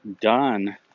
done